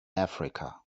africa